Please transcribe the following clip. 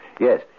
Yes